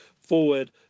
forward